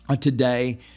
today